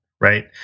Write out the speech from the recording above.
right